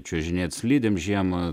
čiuožinėt slidėm žiemą